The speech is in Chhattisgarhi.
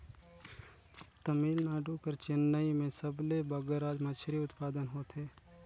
तमिलनाडु कर चेन्नई में सबले बगरा मछरी उत्पादन होथे